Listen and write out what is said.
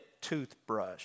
toothbrush